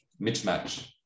mismatch